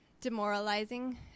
demoralizing